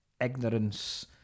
ignorance